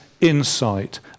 insight